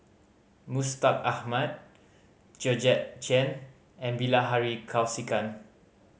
Mustaq Ahmad Georgette Chen and Bilahari Kausikan